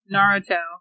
Naruto